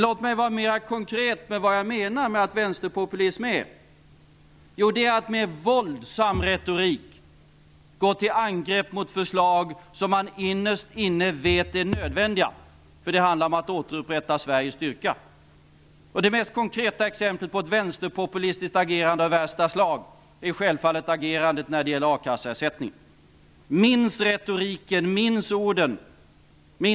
Låt mig vara mera konkret om vad jag menar att vänsterpopulism är: Det är att med våldsam retorik gå till angrepp mot förslag som man innerst inne vet är nödvändigt då det handlar om att återupprätta Sveriges styrka. Det mesta konkreta exemplet på ett vänsterpopulistiskt agerande av värsta slag är självfallet uppträdandet här det gäller akasseersättningen. Minns retoriken! Minns orden!